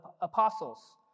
apostles